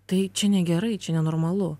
tai čia negerai čia nenormalu